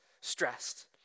stressed